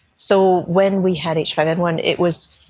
so when we had h five n one it was,